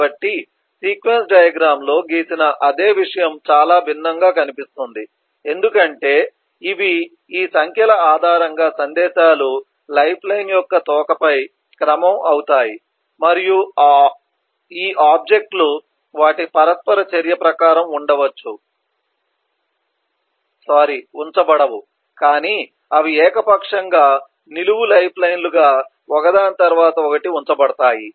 కాబట్టి sequence diagram లో గీసిన అదే విషయం చాలా భిన్నంగా కనిపిస్తుంది ఎందుకంటే ఇవి ఈ సంఖ్యల ఆధారంగా సందేశాలు లైఫ్ లైన్ యొక్క తోకపై క్రమం అవుతాయి మరియు ఈ ఆబ్జెక్ట్ లు వాటి పరస్పర చర్య ప్రకారం ఉంచబడవు కాని అవి ఏకపక్షంగా నిలువు లైఫ్లైన్లుగా ఒకదాని తరువాత ఒకటి ఉంచబడతాయి